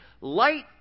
light